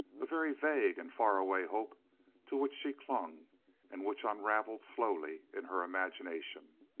a very vague and faraway hope to which she clung and which unravelled slowly in her imagination.